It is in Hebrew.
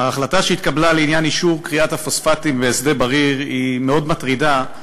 ההחלטה שהתקבלה לעניין אישור כריית הפוספטים בשדה-בריר היא מאוד מטרידה,